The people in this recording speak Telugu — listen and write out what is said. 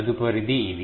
తదుపరిది ఇవి